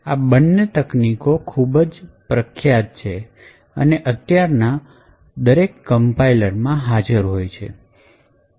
આ બંને ટેકનિકો ખૂબ જ પ્રખ્યાત છે અને અત્યાર ના કંપાઇલર માં હાજર હોય છે